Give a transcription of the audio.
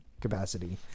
capacity